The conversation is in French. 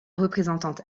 représentante